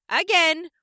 again